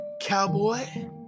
cowboy